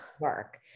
work